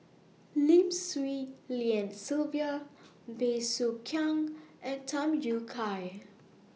Lim Swee Lian Sylvia Bey Soo Khiang and Tham Yui Kai